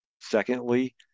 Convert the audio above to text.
Secondly